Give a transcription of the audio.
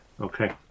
Okay